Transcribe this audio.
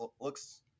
looks